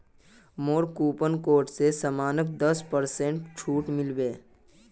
मोर coupon code स सौम्यक दस पेरसेंटेर छूट मिल बे